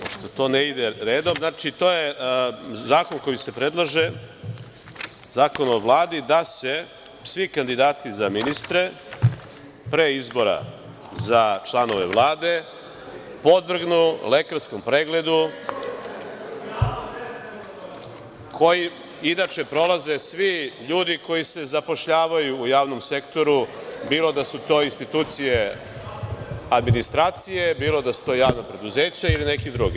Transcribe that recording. Pošto to ne ide redom, znači to je zakon koji se predlaže, Zakon o Vladi, da se svi kandidati za ministre, pre izbora za članove Vlade, podvrgnu lekarskom pregledu koji inače prolaze svi ljudi koji se zapošljavaju u javnom sektoru, bilo da su to institucije administracije, bilo da su to javna preduzeća ili neki drugi.